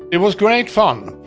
it was great fun.